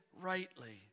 rightly